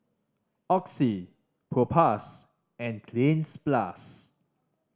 Oxy Propass and Cleanz Plus